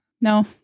No